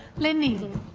lynne neagle